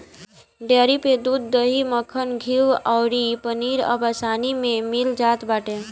dairy पे दूध, दही, मक्खन, घीव अउरी पनीर अब आसानी में मिल जात बाटे